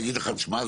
אגיד לך: תשמע,